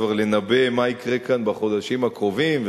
לנבא מה יקרה כאן בחודשים הקרובים,